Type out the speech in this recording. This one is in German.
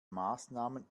maßnahmen